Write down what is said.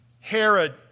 Herod